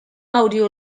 audio